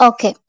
Okay